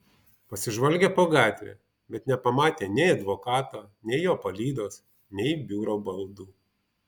pasižvalgė po gatvę bet nepamatė nei advokato nei jo palydos nei biuro baldų